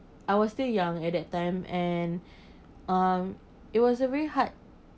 I were still young at that time and um it was a very hard